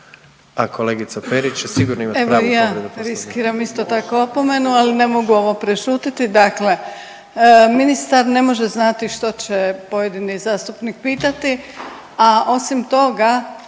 a kolegica Perić će sigurno imati pravu povredu Poslovnika. **Perić, Grozdana (HDZ)** Evo i ja riskiram isto tako opomenu, ali ne mogu ovo prešutiti, dakle ministar ne može znati što će pojedini zastupnik pitati, a osim toga,